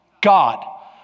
God